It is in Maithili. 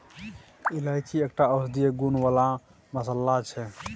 इलायची एकटा औषधीय गुण बला मसल्ला छै